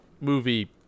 movie